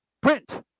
print